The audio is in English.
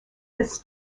this